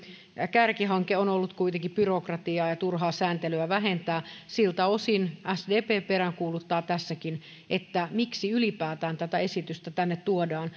kärkihanke on ollut kuitenkin byrokratiaa ja turhaa sääntelyä vähentää siltä osin sdp peräänkuuluttaa tässäkin että miksi ylipäätään tätä esitystä tänne tuodaan